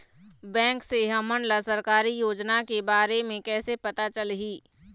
Bank से हमन ला सरकारी योजना के बारे मे कैसे पता चलही?